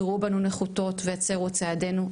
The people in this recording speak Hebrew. יראו בנו נחותות ויצרו את צעדינו.